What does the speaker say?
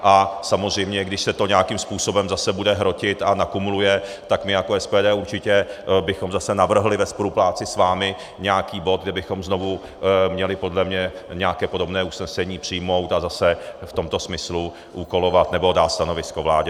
A samozřejmě když se to nějakým způsobem zase bude hrotit a nakumuluje, tak my jako SPD určitě bychom zase navrhli ve spolupráci s vámi nějaký bod, kde bychom znovu měli podle mě nějaké podobné usnesení přijmout a zase v tomto smyslu úkolovat nebo dát stanovisko vládě.